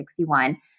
1961